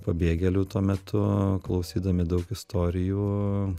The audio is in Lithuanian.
pabėgėlių tuo metu klausydami daug istorijų